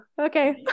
okay